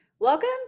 Welcome